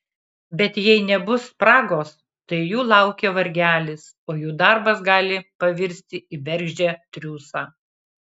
bet jei nebus spragos tai jų laukia vargelis o jų darbas gali pavirsti į bergždžią triūsą